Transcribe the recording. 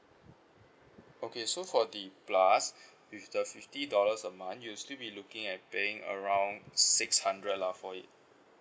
okay so for the plus with the fifty dollars a month you'll still be looking at paying around six hundred lah for it